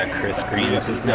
ah chris green is his name.